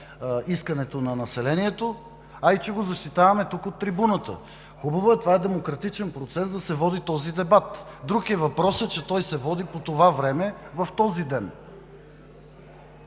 искането на населението, а и че го защитаваме тук от трибуната. Хубаво, това е демократичен процес – да се води този дебат. Друг е въпросът, че той се води по това време, в този ден.